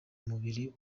mubiri